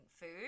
food